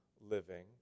living